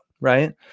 right